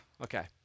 okay